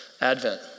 Advent